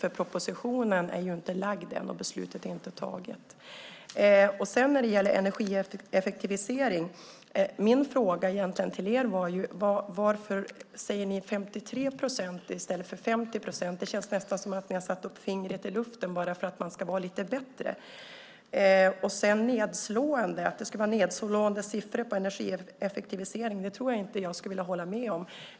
Propositionen har ju inte lagts fram ännu och beslutet inte fattats. Vad beträffar energieffektivisering var min fråga till oppositionen varför de säger 53 procent i stället för 50 procent. Det känns nästan som att man satt fingret i luften bara för att vara lite bättre. Att det skulle vara nedslående siffror för energieffektivisering tror jag inte att jag vill hålla med om.